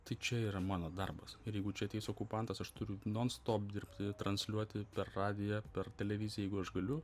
tai čia yra mano darbas ir jeigu čia ateis okupantas aš turiu non stop dirbti transliuoti per radiją per televiziją jeigu aš galiu